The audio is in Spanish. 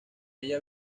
ella